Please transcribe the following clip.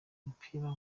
umupira